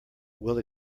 will